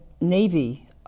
navy